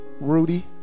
Rudy